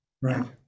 Right